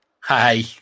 Hi